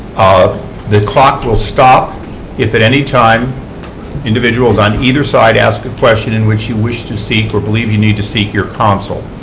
ah the clock will stop if at any time individuals on either side ask a question in which you wish to seek or believe you need to seek your counsel.